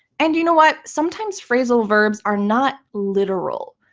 and you know what? sometimes phrasal verbs are not literal.